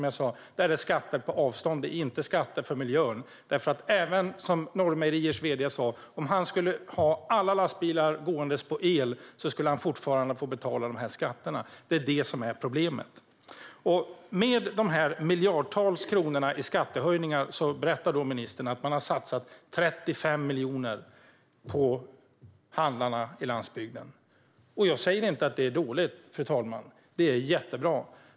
Detta är skatter på avstånd och inte skatter för miljöns skull. Norrmejeriers vd sa att om företagets alla lastbilar skulle gå på el skulle han ändå få betala dessa skatter. Det är detta som är problemet. Efter dessa miljarder i skattehöjningar berättar ministern att man har satsat 35 miljoner på handlarna på landsbygden. Jag säger inte att det är dåligt. Det är jättebra.